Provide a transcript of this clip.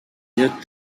yet